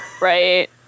Right